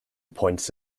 points